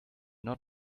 not